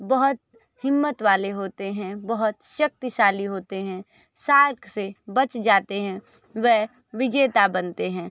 बहुत हिम्मतवाले होते हैं बहुत शक्तिशाली होते हैं शार्क से बच जाते हैं वे विजेता बनते हैं